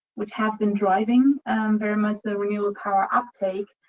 which have been driving very much the renewable power uptake,